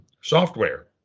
software